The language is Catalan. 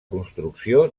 construcció